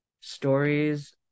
stories